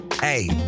hey